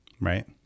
Right